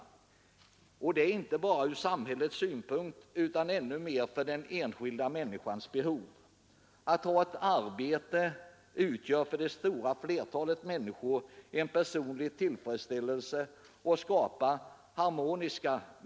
Detta måste ske inte bara från samhällets synpunkt utan än mer för den enskilda människans behov. Att ha ett arbete utgör för det stora flertalet människor en personlig tillfredsställelse, och det skapar harmoni.